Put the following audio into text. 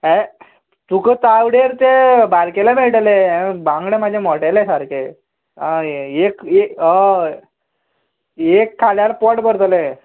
आयें तुका चावडेर ते बारकेले मेळटले बांगडे म्हाजे मोटेले सारके आनी येक ये हय येक खाल्यार पोट भरतलें